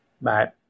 bye